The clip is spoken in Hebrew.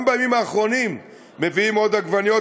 גם בימים האחרונים מביאים עוד עגבניות,